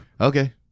Okay